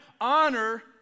Honor